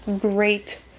great